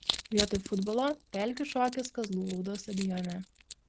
vietoj futbolo pelkių šokis kazlų rūdos stadione